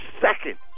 second